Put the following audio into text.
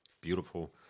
beautiful